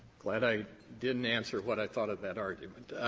glad i didn't answer what i thought of that argument.